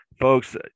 Folks